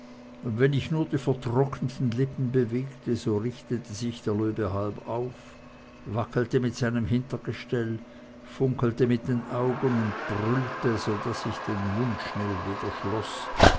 wenn ich nur die vertrockneten lippen bewegte so richtete sich der löwe halb auf wackelte mit seinem hintergestell funkelte mit den augen und brüllte so daß ich den mund schnell wieder schloß